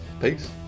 Peace